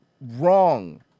wrong